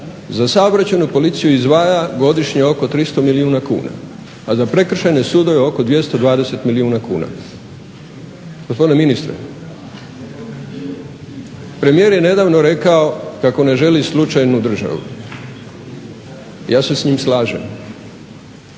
za saobraćajnu policiju izdvaja godišnje oko 300 milijuna kuna, a za Prekršajne sudove oko 220 milijuna kuna. Gospodine ministre, premijer je nedavno rekao kako ne želi slučajnu državu, ja se s njim slažem,